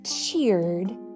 cheered